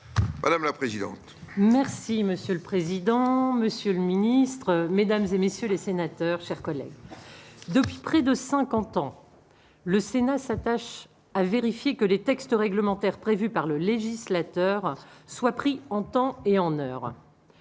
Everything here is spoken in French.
madame la présidente. Merci monsieur le président, monsieur le ministre, mesdames et messieurs les sénateurs, chers collègues, depuis près de 50 ans, le Sénat s'attachent à vérifier que les textes réglementaires prévus par le législateur soit pris en temps et en heure,